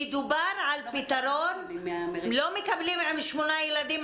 מדובר על כך שלא מקבלים עם שמונה ילדים,